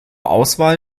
auswahl